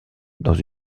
dans